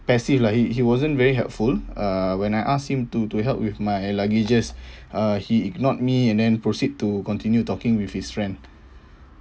passive lah he he wasn't very helpful uh when I asked him to to help with my luggages uh he ignored me and then proceed to continue talking with his friend